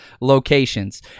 locations